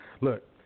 Look